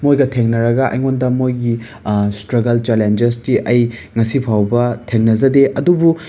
ꯃꯣꯏꯒ ꯊꯦꯡꯅꯔꯒ ꯑꯩꯉꯣꯟꯗ ꯃꯣꯏꯒꯤ ꯏꯁꯇ꯭ꯔꯒꯜ ꯆꯦꯂꯦꯟꯖꯦꯁꯇꯤ ꯑꯩ ꯉꯁꯤ ꯐꯥꯎꯕ ꯊꯦꯡꯅꯖꯗꯦ ꯑꯗꯨꯕꯨ